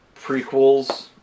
prequels